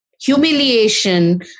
humiliation